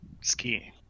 skiing